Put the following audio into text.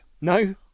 No